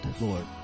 Lord